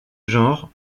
genre